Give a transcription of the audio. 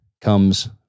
comes